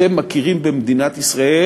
אתם מכירים במדינת ישראל,